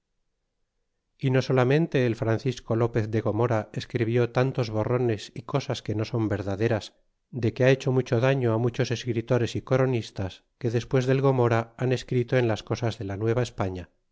y no solamente el francisco lopez de gomera escribió tantos borrones é cosas que no son verdaderas de que ha hecho mucho daño fi muchos escritores y coronistas que despues del gomora han escrito en las cosas de la nueva españa